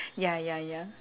ya ya ya